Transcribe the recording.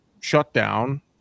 shutdown